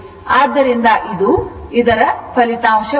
ಆದ್ದರಿಂದ ಇದು ಇದರ ಫಲಿತಾಂಶವಾಗಿದೆ